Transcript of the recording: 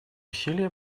усилия